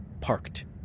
parked